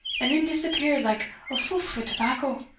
and then disappeared like a fuff o' tobacco,